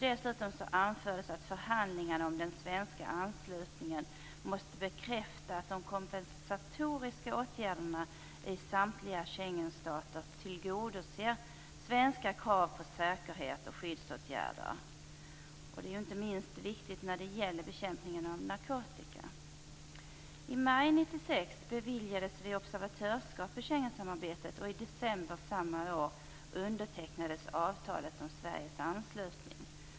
Dessutom anfördes att förhandlingarna om den svenska anslutningen måste bekräfta att de kompensatoriska åtgärderna i samtliga Schengenstater tillgodoser svenska krav på säkerhet och skyddsåtgärder, inte minst viktigt vad gäller bekämpning av narkotika. I maj 1996 beviljades vi observatörsskap i Schengensamarbetet, och i december samma år undertecknades avtalet om Sveriges anslutning.